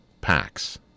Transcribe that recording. packs